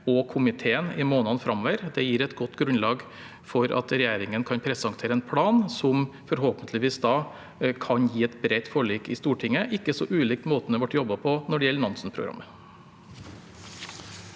sammen i månedene framover. Det gir et godt grunnlag for at regjeringen kan presentere en plan som forhåpentligvis kan gi et bredt forlik i Stortinget, ikke så ulikt måten det ble jobbet på med Nansen-programmet.